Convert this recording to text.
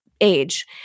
age